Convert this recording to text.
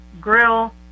grill